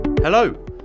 Hello